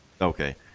Okay